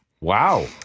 Wow